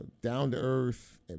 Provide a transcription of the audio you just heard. down-to-earth